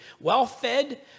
well-fed